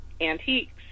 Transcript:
antiques